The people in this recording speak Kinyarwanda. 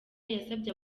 yasabye